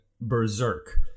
berserk